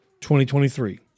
2023